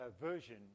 version